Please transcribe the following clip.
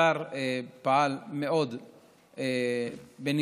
השר פעל בנמרצות